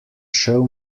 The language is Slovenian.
šel